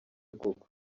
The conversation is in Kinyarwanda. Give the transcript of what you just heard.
koko